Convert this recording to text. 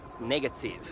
negative